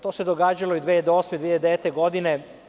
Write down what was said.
To se događalo i 2008, 2009. godine.